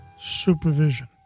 supervision